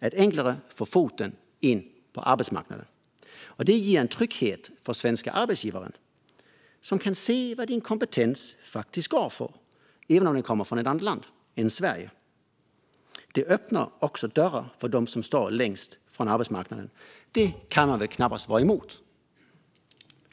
att enklare få in en fot på arbetsmarknaden. Det ger en trygghet för svenska arbetsgivare, som kan se vad ens kompetens faktiskt går för även om den kommer från ett annat land än Sverige. Det öppnar också dörrar för dem som står längst från arbetsmarknaden. Det kan man väl knappast vara emot?